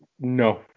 no